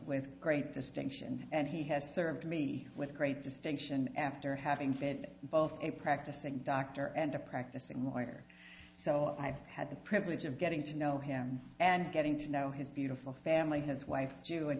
with great distinction and he has served me with great distinction after having fit both a practicing doctor and a practicing lawyer so i've had the privilege of getting to know him and getting to know his beautiful family his wife jew and